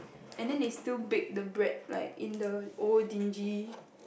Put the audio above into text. and then they still bake the bread like in the old dingy